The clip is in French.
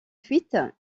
fuite